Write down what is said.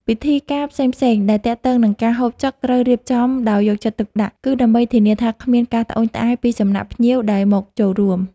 ពិធីការផ្សេងៗដែលទាក់ទងនឹងការហូបចុកត្រូវរៀបចំដោយយកចិត្តទុកដាក់ គឺដើម្បីធានាថាគ្មានការត្អូញត្អែរពីសំណាក់ភ្ញៀវដែលមកចូលរួម។